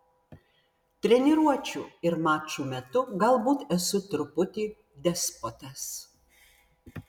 treniruočių ir mačų metu galbūt esu truputį despotas